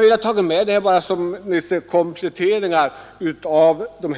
Jag har velat ta med dessa siffror såsom komplettering till vad som